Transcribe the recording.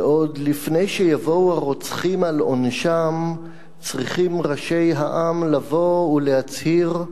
ועוד לפני שיבואו הרוצחים על עונשם צריכים ראשי העם לבוא ולהצהיר: